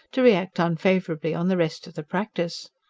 to react unfavourably on the rest of the practice.